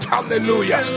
Hallelujah